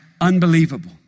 unbelievable